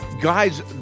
Guys